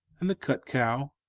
and the cuckow,